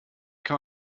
kann